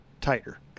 tighter